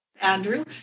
Andrew